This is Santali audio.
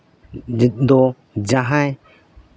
ᱫᱚ ᱡᱟᱦᱟᱸᱭ